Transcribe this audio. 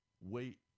Wait